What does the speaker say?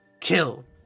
kill